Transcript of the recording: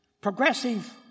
Progressive